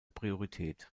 priorität